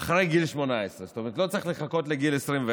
לפני גיל 21 ואחרי גיל 18 רק באישור ההורים.